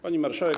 Pani Marszałek!